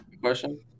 Question